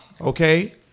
Okay